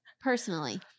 personally